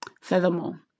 Furthermore